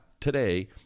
today